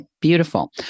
beautiful